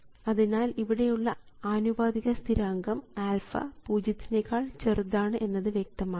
അതിനാൽ ഇവിടെയുള്ള ആനുപാതിക സ്ഥിരാങ്കം α പൂജ്യത്തിനെക്കാൾ ചെറുതാണ് എന്നത് വ്യക്തമാണ്